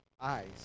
eyes